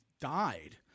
died